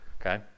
okay